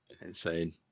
Insane